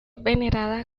venerada